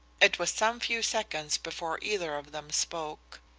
it was some few seconds before either of them spoke.